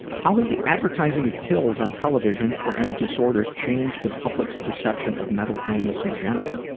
how was the advertising of pills on television for any disorders change the public's perception of mental illness in general?